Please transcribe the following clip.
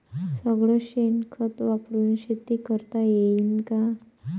सगळं शेन खत वापरुन शेती करता येईन का?